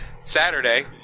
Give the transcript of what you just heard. Saturday